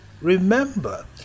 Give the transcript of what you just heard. remember